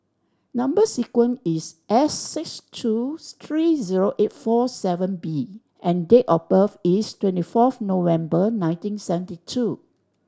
number sequence is S six two three zero eight four seven B and date of birth is twenty fourth November nineteen seventy two